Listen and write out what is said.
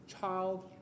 child